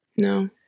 no